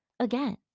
Again